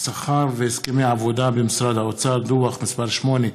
שכר והסכמי עבודה במשרד האוצר: דוח מס' 8,